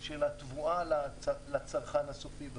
של התבואה לצרכן הסופי.